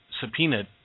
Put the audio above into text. subpoenaed